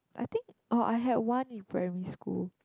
I think oh I had one in primary school